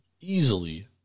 Easily